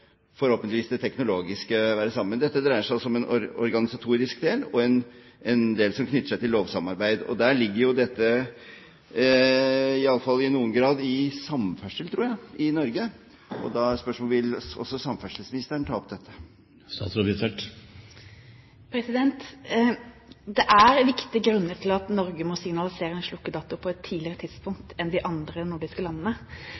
teknologiske være det samme. Men dette dreier seg altså om en organisatorisk del og en del som knytter seg til lovsamarbeid. Der ligger jo dette, iallfall i noen grad, i samferdsel, tror jeg, i Norge. Og da er spørsmålet: Vil også samferdselsministeren ta opp dette? Det er viktige grunner til at Norge må signalisere en slukkedato på et tidligere tidspunkt enn de andre nordiske landene,